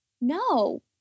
no